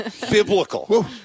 Biblical